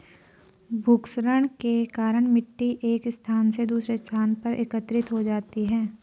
भूक्षरण के कारण मिटटी एक स्थान से दूसरे स्थान पर एकत्रित हो जाती है